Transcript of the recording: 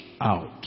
out